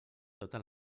tota